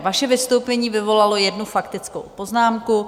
Vaše vystoupení vyvolalo jednu faktickou poznámku.